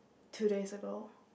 two days ago